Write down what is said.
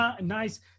nice